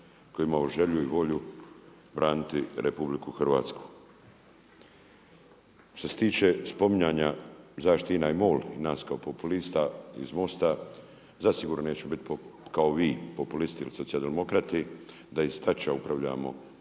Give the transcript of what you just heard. koji je imao želju i volju braniti RH. Što se tiče spominjanja zašto INA i MOL, i nas kao populista iz MOST-a zasigurno neću biti kao vi populist ili socijaldemokrati da iz Tač upravljamo i štitimo